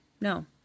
No